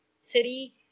City